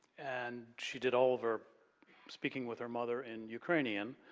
and she did all her speaking with her mother in ukrainian.